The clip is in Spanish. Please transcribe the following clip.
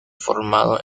formado